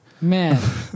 Man